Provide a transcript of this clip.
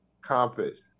compass